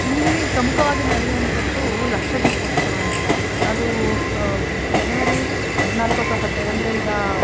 ಇಲ್ಲಿ ಪ್ರಮುಖವಾಗಿ ನಡೆಯುವಂತದ್ದು ಲಕ್ಷ ದೀಪೋತ್ಸವ ಅಂತ ಅದು ಜನವರಿ ಹದಿನಾಲ್ಕು ಅಥ್ವಾ ಹದಿನೈದು ಅಂದರೆ ಈಗ